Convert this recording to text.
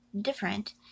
different